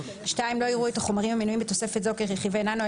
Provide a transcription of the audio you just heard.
2. לא יראו את החומרים המנויים בתוספת זו כרכיבי ננו,